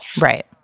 Right